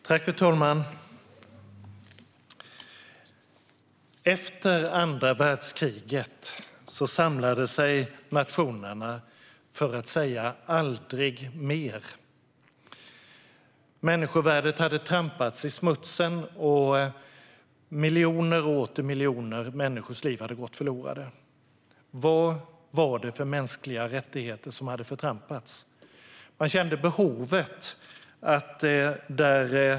Fru talman! Efter andra världskriget samlade sig nationerna för att säga: aldrig mer! Människovärdet hade trampats i smutsen. Miljoner och åter miljoner människors liv hade gått förlorade. Vilka mänskliga rättigheter var det som hade förtrampats? Man kände behovet att bilda den nya organisationen Förenta nationerna.